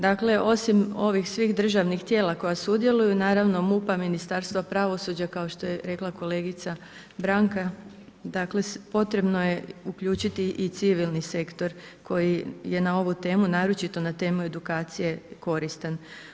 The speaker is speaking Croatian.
Dakle, osim ovih svih državnih tijela koja sudjeluju, naravno MUP-a, Ministarstva pravosuđa kao što je rekla kolegica Branka, dakle potrebno je uključiti i civilni sektor koji je na ovu temu naročito na temu edukacije koristan.